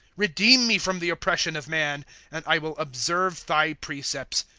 redeem me from the oppression of man and i will observe thy precepts.